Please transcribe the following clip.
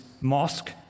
mosque